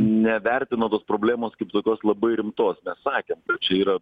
nevertino tos problemos kaip tokios labai rimtos mes sakėm čia yra